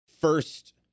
first